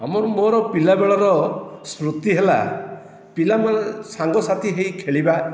ଆମର ମୋର ପିଲାବେଳର ସ୍ମୃତି ହେଲା ପିଲାମାନେ ସାଙ୍ଗସାଥି ହୋଇ ଖେଳିବା